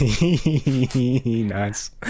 Nice